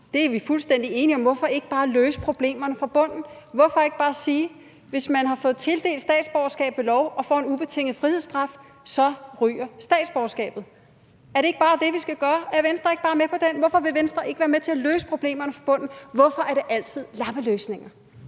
det er vi fuldstændig enige om – men hvorfor ikke bare løse problemerne fra bunden? Hvorfor ikke bare sige, at hvis man har fået tildelt et statsborgerskab ved lov og får en ubetinget frihedsstraf, så ryger statsborgerskabet? Er det ikke bare det, vi skal gøre? Er Venstre ikke bare med på den? Hvorfor vil Venstre ikke være med til at løse problemerne fra bunden? Hvorfor er det altid lappeløsninger?